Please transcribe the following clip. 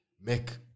make